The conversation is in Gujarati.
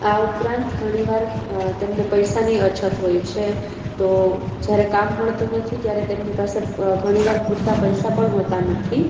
આ ઉપરાંત ઘણીવાર તેમને પૈસાની અછત હોય છે તો જ્યારે કામ મળતું નથી ત્યારે તેમની પાસે ઘણીવાર પૂરતા પૈસા પણ હોતા નથી